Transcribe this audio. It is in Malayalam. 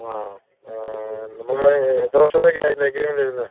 ആ നമ്മൾ എത്ര വർഷത്തേക്കാ അതിൽ എഗ്രിമെൻറ്റ് എഴുതുന്നത്